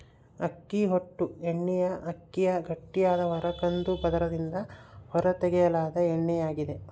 ಅಕ್ಕಿ ಹೊಟ್ಟು ಎಣ್ಣೆಅಕ್ಕಿಯ ಗಟ್ಟಿಯಾದ ಹೊರ ಕಂದು ಪದರದಿಂದ ಹೊರತೆಗೆಯಲಾದ ಎಣ್ಣೆಯಾಗಿದೆ